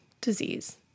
disease